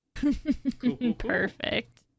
Perfect